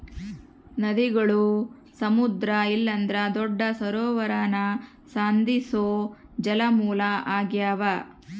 ನದಿಗುಳು ಸಮುದ್ರ ಇಲ್ಲಂದ್ರ ದೊಡ್ಡ ಸರೋವರಾನ ಸಂಧಿಸೋ ಜಲಮೂಲ ಆಗ್ಯಾವ